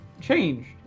changed